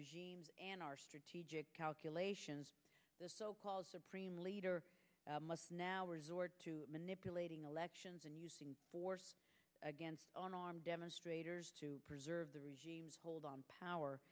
regime and our strategic calculations the so called supreme leader must now resort to manipulating elections and using force against demonstrators to preserve the regime's hold on power